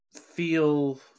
feel